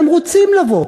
והם רוצים לבוא.